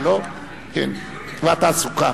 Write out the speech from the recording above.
והתעסוקה.